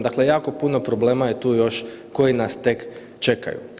Dakle, jako puno problema je tu još koji nas tek čekaju.